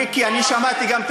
מיקי, ניתוח,